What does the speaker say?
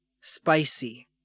spicy